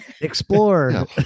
explore